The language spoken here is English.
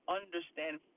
understand